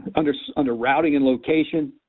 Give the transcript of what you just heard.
under so under routing and location,